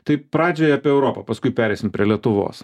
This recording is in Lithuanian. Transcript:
tai pradžioj apie europą paskui pereisim prie lietuvos